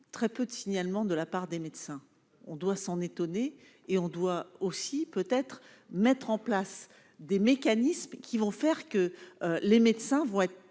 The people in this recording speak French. très peu de signalements de la part des médecins, on doit s'en étonner, et on doit aussi peut-être mettre en place des mécanismes qui vont faire que les médecins vont être